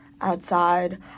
outside